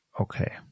Okay